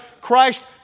Christ